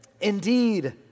Indeed